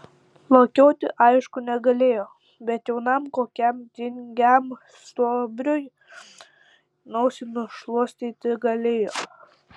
lakioti aišku negalėjo bet jaunam kokiam tingiam stuobriui nosį nušluostyti galėjo